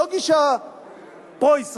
לא גישה פרו-ישראלית,